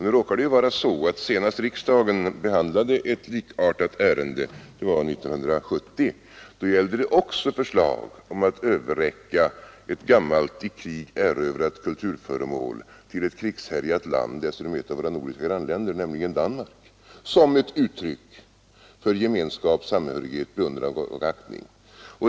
Nu råkar det vara så att vid det senaste tillfälle då riksdagen behandlade ett likartat ärende — det var 1970 — gällde det också förslag om att överräcka ett gammalt i krig erövrat kulturföremål till ett krigshärjat land, dessutom ett av våra nordiska grannländer, nämligen Danmark, som ett uttryck för gemenskap, samhörighet, beundran och aktning.